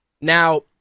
Now